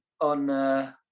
on